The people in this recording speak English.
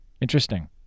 interesting